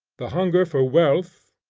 the hunger for wealth,